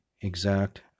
exact